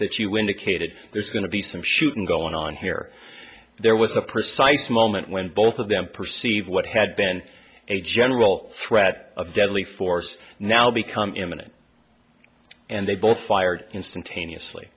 that you indicated there's going to be some shooting going on here there was a precise moment when both of them perceive what had been a general threat of deadly force now become imminent and they both fired instantaneously